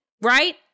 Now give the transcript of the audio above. right